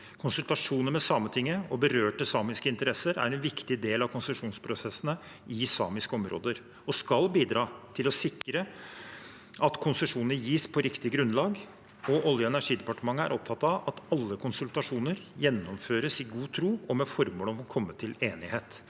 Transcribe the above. Konsultasjoner med Sametinget og berørte samiske interesser er en viktig del av konsesjonsprosessene i samiske områder og skal bidra til å sikre at konsesjoner gis på riktig grunnlag. Olje- og energidepartementet er opptatt av at alle konsultasjoner gjennomføres i god tro og med formål om å komme til enighet,